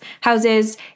houses